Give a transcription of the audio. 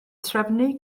trefnu